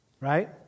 Right